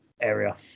area